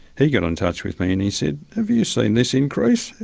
he got in touch with me, and he said, have you seen this increase?